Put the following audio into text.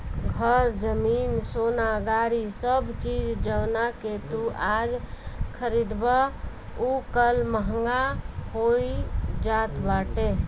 घर, जमीन, सोना, गाड़ी सब चीज जवना के तू आज खरीदबअ उ कल महंग होई जात बाटे